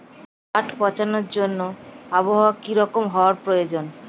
পাট পচানোর জন্য আবহাওয়া কী রকম হওয়ার প্রয়োজন?